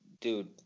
dude